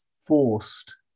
forced